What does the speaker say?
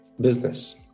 business